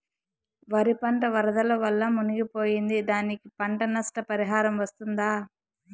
వరి పంట వరదల వల్ల మునిగి పోయింది, దానికి పంట నష్ట పరిహారం వస్తుందా?